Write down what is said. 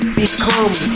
become